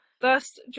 Thus